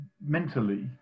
mentally